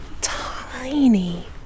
tiny